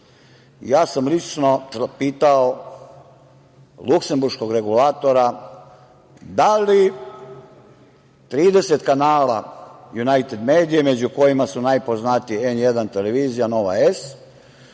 sam lično pitao luksemburškog regulatora da li 30 kanala Junajted medije, među kojima su najpoznatiji N1, Nova S,